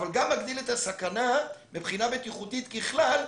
אבל גם מגדיל את הסכנה מבחינה בטיחותית ככלל,